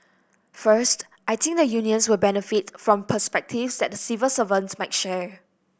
first I think the unions will benefit from perspectives that the civil servants might share